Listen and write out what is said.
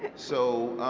so,